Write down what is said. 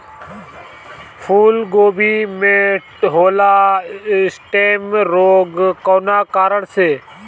फूलगोभी में होला स्टेम रोग कौना कारण से?